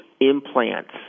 implants